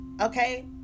Okay